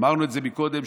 אמרנו את זה קודם,